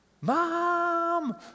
Mom